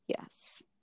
Yes